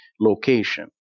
location